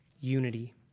unity